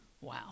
Wow